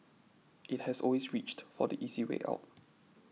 it has always reached for the easy way out